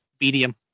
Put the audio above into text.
medium